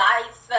Life